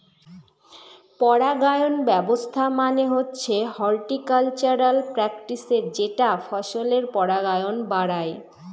পরাগায়ন ব্যবস্থা মানে হচ্ছে হর্টিকালচারাল প্র্যাকটিসের যেটা ফসলের পরাগায়ন বাড়ায়